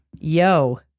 Yo